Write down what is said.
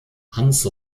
hans